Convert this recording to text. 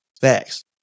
Facts